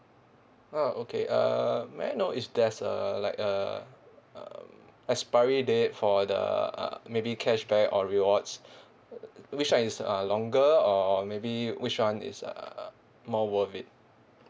ah okay uh may I know is there's a like a um expiry date for the uh maybe cashback or rewards which one is uh longer or maybe which one is uh more worth it